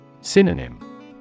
Synonym